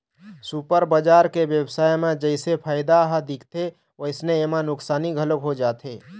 super बजार के बेवसाय म जइसे फायदा ह दिखथे वइसने एमा नुकसानी घलोक हो जाथे